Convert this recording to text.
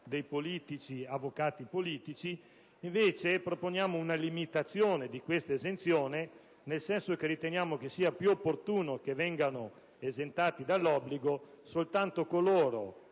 dei politici, degli avvocati politici in particolare - si operi una limitazione di questa esenzione, nel senso che riteniamo che sia più opportuno che vengano esentati dall'obbligo solo coloro